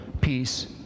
peace